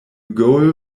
goal